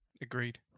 Agreed